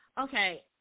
Okay